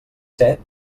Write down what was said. set